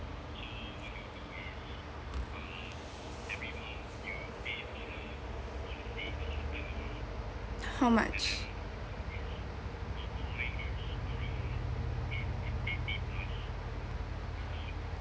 how much